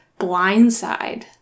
blindside